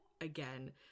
again